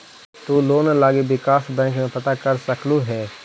तु लोन लागी विकास बैंक में पता कर सकलहुं हे